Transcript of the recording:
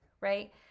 right